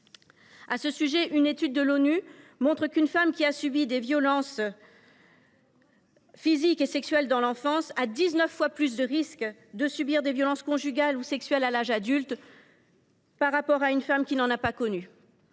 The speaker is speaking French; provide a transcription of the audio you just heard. à son tour. Une étude de l’ONU montre qu’une femme qui a subi des violences physiques et sexuelles dans l’enfance a dix neuf fois plus de risques de subir des violences conjugales ou sexuelles à l’âge adulte par rapport à une femme qui n’en a pas connu